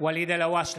ואליד אלהואשלה,